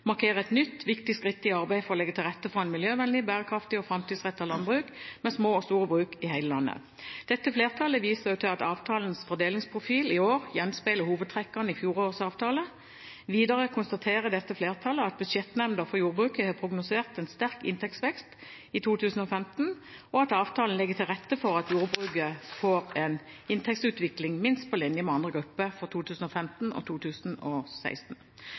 markerer et nytt viktig skritt i arbeidet for å legge til rette for et miljøvennlig, bærekraftig og framtidsrettet landbruk med små og store bruk i hele landet. Dette flertallet viser også til at avtalens fordelingsprofil i år gjenspeiler hovedtrekkene i fjorårets avtale. Videre konstaterer dette flertallet at Budsjettnemnda for jordbruket har prognosert en sterk inntektsvekst i 2015, og at avtalen legger til rette for at jordbruket får en inntektsutvikling minst på linje med andre grupper fra 2015–2016. Med dette anbefaler jeg komiteens tilråding og